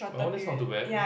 !aww! that's not too bad